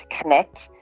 connect